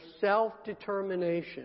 self-determination